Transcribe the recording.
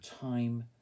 time